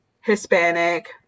Hispanic